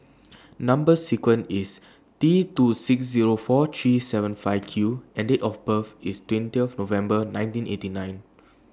Number sequence IS T two six Zero four three seven five Q and Date of birth IS twentieth November nineteen eighty nine